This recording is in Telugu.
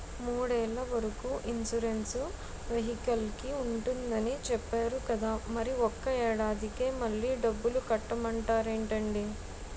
మూడేళ్ల వరకు ఇన్సురెన్సు వెహికల్కి ఉంటుందని చెప్పేరు కదా మరి ఒక్క ఏడాదికే మళ్ళి డబ్బులు కట్టమంటారేంటండీ?